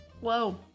Whoa